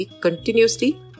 continuously